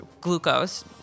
glucose